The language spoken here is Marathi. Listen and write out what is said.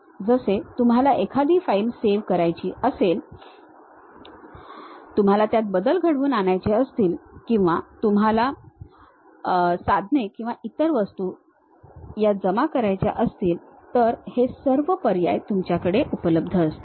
जसे तुम्हाला एखादी फाईल सेव्ह करायची असेल तुम्हाला त्यात बदल घडवून आणायचे असतील किंवा तुम्हाला साधने किंवा इतर वस्तू यात जमा करायच्या असतील तर हे सर्व पर्याय तुमच्याकडे असतील